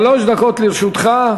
שלוש דקות לרשותך.